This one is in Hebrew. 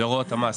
זה הוראות המס,